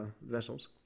vessels